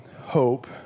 hope